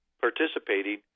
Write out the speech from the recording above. participating